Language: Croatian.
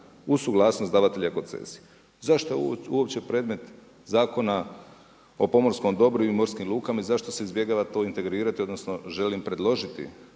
suglasnost davatelja koncesija.“ Zašto je ovo uopće predmet Zakona o pomorskom dobru i morskim lukama i zašto se izbjegava to integrirati, odnosno želim predložiti